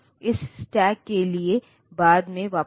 processor कुछ data के लिए बाहरी दुनिया तक पहुंच बना रहा है